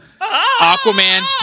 Aquaman